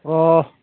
अ